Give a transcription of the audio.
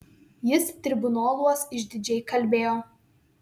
jis tribunoluos išdidžiai kalbėjo